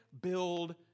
build